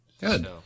Good